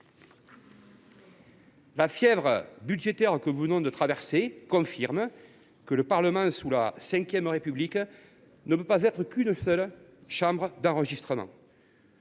La fièvre budgétaire que nous venons de traverser confirme que le Parlement sous la V République ne peut être qu’une chambre d’enregistrement.